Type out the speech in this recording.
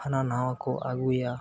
ᱦᱟᱱᱟ ᱱᱟᱣᱟ ᱠᱚ ᱟᱹᱜᱩᱭᱟ